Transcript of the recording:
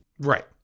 Right